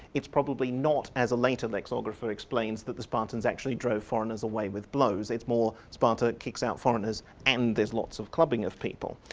it's probably not as a later lexographer explains that the spartans actually drove foreigners away with blows, it's more sparta kicks out foreigners and there's lots of clubbing of people.